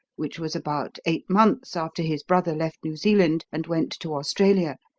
which was about eight months after his brother left new zealand and went to australia,